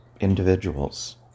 individuals